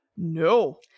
No